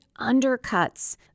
undercuts